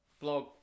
blog